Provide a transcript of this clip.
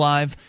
Live